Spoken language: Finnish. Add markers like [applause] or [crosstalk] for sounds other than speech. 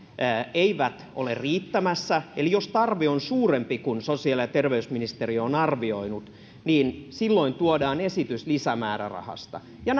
eivät ole riittämässä eli jos tarve on suurempi kuin sosiaali ja terveysministeriö on arvioinut silloin tuodaan esitys lisämäärärahasta ja [unintelligible]